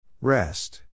Rest